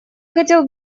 хотел